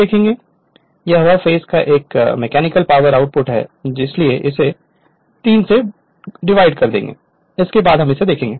और Pm देखेंगे कि यह पर फेस एक मैकेनिकल पावर आउटपुट है इसलिए इसे डिवाइडेड 3 करेंगे हम बाद में इसे देखेंगे